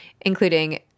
including